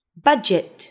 Budget